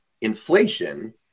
Inflation